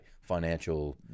financial